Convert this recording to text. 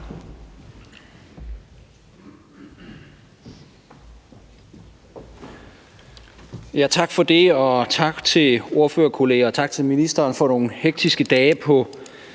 Tak for det, og tak til ordførerkollegaer og tak til ministeren for nogle hektiske dage på